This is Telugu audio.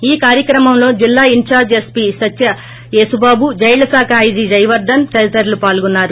ఈ కార్యక్రమంలో జిల్లా in charge SP Satya Yesubabu జైళ్ళ శాఖ ఐజీ జయవర్దన్ తదితరులు పాల్గొన్నారు